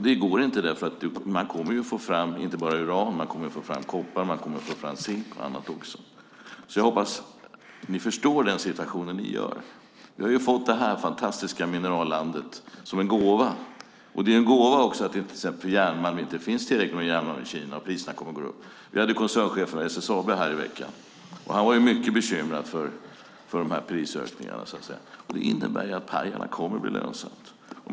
Det går inte, därför att man kommer att få fram inte bara uran utan också koppar, zink och annat. Jag hoppas att ni förstår vilken situation ni bidrar till. Vi har fått detta fantastiska mineralland som en gåva. Det är också en gåva att det inte finns tillräckligt med järnmalm i Kina och att priserna kommer att gå upp. Vi hade koncernchefen i SSAB här i veckan, och han var mycket bekymrad för prisökningarna. Det innebär att Pajala kommer att bli lönsamt.